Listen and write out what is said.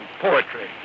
poetry